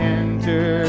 enter